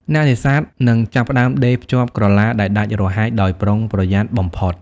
អ្នកនេសាទនឹងចាប់ផ្ដើមដេរភ្ជាប់ក្រឡាដែលដាច់រហែកដោយប្រុងប្រយ័ត្នបំផុត។